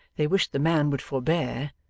they wished the man would forbear,